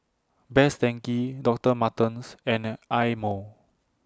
Best Denki Doctor Martens and Eye Mo